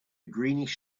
greenish